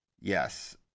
Yes